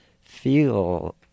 feel